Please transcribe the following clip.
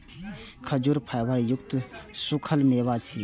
खजूर फाइबर युक्त सूखल मेवा छियै